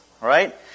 Right